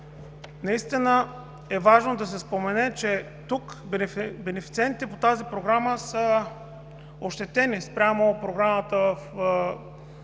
наистина е важно да се спомене, че бенефициентите по тази програма са ощетени спрямо Програмата